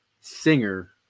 singer